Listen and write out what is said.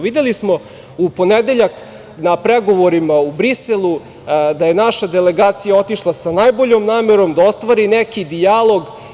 Videli smo u ponedeljak na pregovorima u Briselu da je naša delegacija otišla sa najboljom namerom da ostvari neki dijalog.